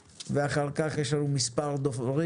לדבר בפתיחה ואחר כך יש לנו מספר דוברים,